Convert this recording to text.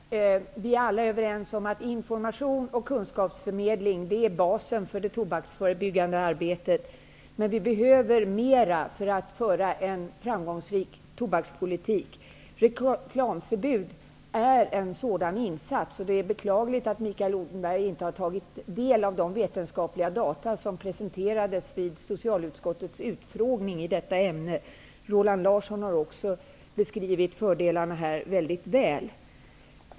Fru talman! Vi är alla överens om att information och kunskapsförmedling är basen för det tobaksförebyggande arbetet. Men vi behöver mera för att föra en framgångsrik tobakspolitik. Reklamförbud är en sådan insats. Det är beklagligt att Mikael Odenberg inte har tagit del av de vetenskapliga data som presenterades vid socialutskottets utfrågning i detta ämne. Roland Larsson har också beskrivit fördelarna väldigt väl.